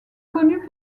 connus